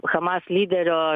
hamas lyderio